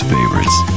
Favorites